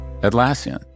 Atlassian